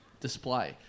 display